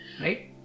right